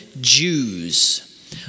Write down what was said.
Jews